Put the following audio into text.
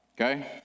okay